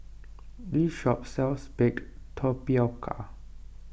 this shop sells Baked Tapioca